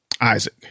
Isaac